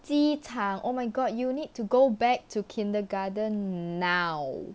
机场 oh my god you need to go back to kindergarten now